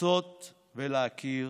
לעשות ולהכיר